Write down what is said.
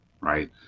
Right